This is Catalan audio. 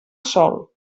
sol